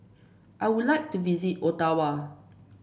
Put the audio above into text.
I would like to visit Ottawa